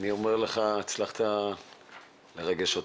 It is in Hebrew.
אני אומר לך הצלחת לרגש אותי.